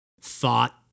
thought